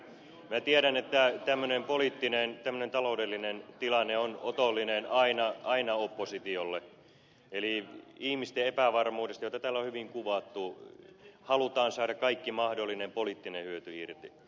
minä tiedän että tämmöinen poliittinen taloudellinen tilanne on otollinen aina oppositiolle eli ihmisten epävarmuudesta jota täällä on hyvin kuvattu halutaan saada kaikki mahdollinen poliittinen hyöty irti